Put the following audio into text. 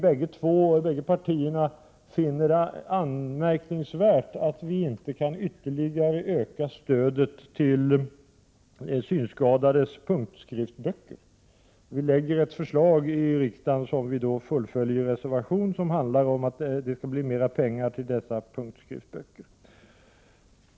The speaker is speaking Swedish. Bägge partierna finner det anmärkningsvärt att vi inte kan ytterligare öka stödet till synskadades punktskriftsböcker. Vi har lagt fram ett förslag som vi fullföljt i en reservation där vi talar för mer pengar till punktskriftsböcker.